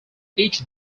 each